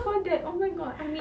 for that oh my god I mean